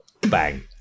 Bang